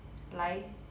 来